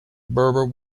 berber